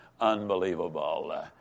unbelievable